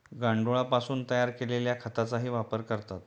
गांडुळापासून तयार केलेल्या खताचाही वापर करतात